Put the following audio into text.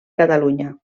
catalunya